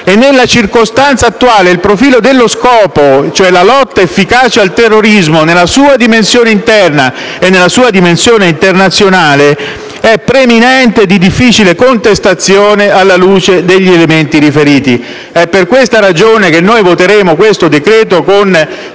E nella circostanza attuale il profilo dello scopo, cioè la lotta efficace al terrorismo nella sua dimensione interna ed internazionale, è preminente e di difficile contestazione alla luce degli elementi riferiti. È per questa ragione che noi voteremo questo decreto-legge